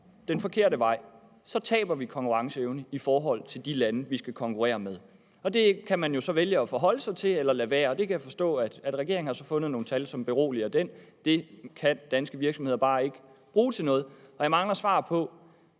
den forkerte vej. Vi taber konkurrenceevne i forhold til de lande, vi skal konkurrere med, og det kan man jo så vælge at forholde sig til eller lade være. Jeg kan så forstå, at regeringen har fundet nogle tal, som beroliger den. Det kan danske virksomheder bare ikke bruge til noget. Jeg mangler svar på,